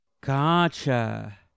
Gotcha